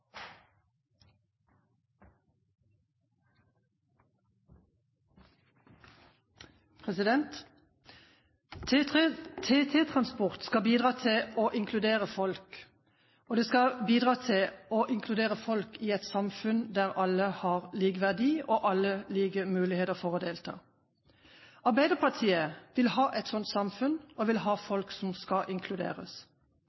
refererte til. TT-transport skal bidra til å inkludere folk i et samfunn der alle har lik verdi, og alle har like muligheter for å delta. Arbeiderpartiet vil ha et slikt inkluderende samfunn.